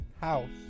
House